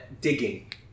digging